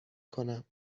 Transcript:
کنم